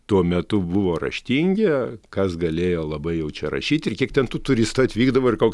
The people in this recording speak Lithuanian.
tuo metu buvo raštingi kas galėjo labai jau čia rašyti ir kiek ten tų turistų atvykdavo ir koks